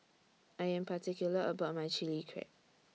I Am particular about My Chili Crab